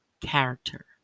character